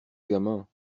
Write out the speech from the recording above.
gamin